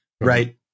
right